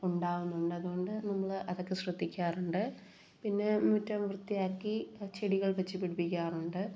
ഉണ്ടാവുന്നുണ്ട് അതുകൊണ്ട് നമ്മൾ അതൊക്കെ ശ്രദ്ധിക്കാറുണ്ട് പിന്നെ മുറ്റം വൃത്തിയാക്കി ചെടികൾ വെച്ച് പിടിപ്പിക്കാറുണ്ട്